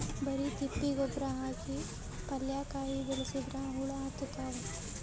ಬರಿ ತಿಪ್ಪಿ ಗೊಬ್ಬರ ಹಾಕಿ ಪಲ್ಯಾಕಾಯಿ ಬೆಳಸಿದ್ರ ಹುಳ ಹತ್ತತಾವ?